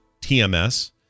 TMS